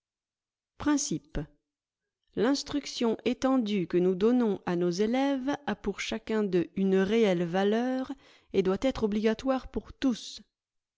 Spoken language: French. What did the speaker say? principe l'instruction étendue que nous donnons à nos élèves a pour chacun d'eux une réelle valeur et doit être obligatoire pour tous